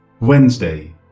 Wednesday